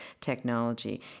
technology